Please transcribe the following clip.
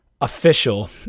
official